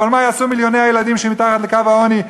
אבל מה יעשו מיליוני הילדים שמתחת לקו העוני,